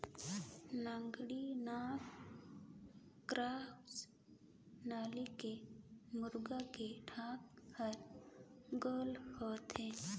naked neck cross नसल के मुरगा के ढेंटू हर गोल होथे